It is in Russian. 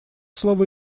слово